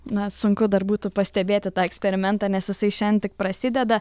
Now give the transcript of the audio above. na sunku dar būtų pastebėti tą eksperimentą nes jisai šian tik prasideda